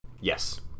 Yes